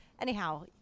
anyhow